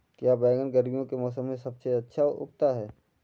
क्या बैगन गर्मियों के मौसम में सबसे अच्छा उगता है?